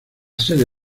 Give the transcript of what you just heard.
sede